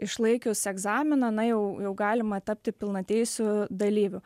išlaikius egzaminą na jau jau galima tapti pilnateisiu dalyviu